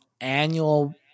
annual